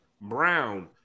Brown